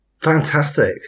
Fantastic